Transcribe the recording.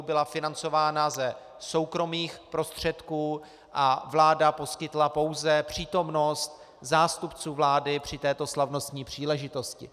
Byla financována ze soukromých prostředků a vláda poskytla pouze přítomnost zástupců vlády při této slavnostní příležitosti.